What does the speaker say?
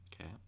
Okay